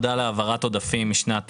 בתקציב לשנת